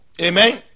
Amen